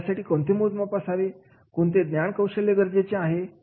मग यासाठी कोणते मोजमाप असावे कोणते ज्ञान कौशल्य गरजेचे आहे